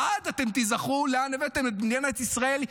לעד אתם תיזכרו לאן הבאתם את מדינת ישראל,